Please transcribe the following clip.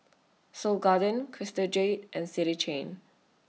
Seoul Garden Crystal Jade and City Chain